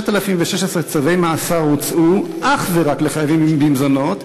6,016 צווי מאסר הוצאו אך ורק לחייבים במזונות,